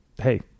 Hey